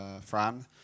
Fran